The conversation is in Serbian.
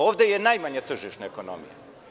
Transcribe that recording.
Ovde je najmanje tržišne ekonomije.